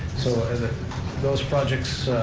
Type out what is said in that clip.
so those projects,